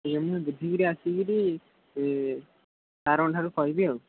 ଏମିତି ବୁଝିକିରି ଆସିକିରି ସାରଙ୍କ ଠାରୁ କହିବି ଆଉ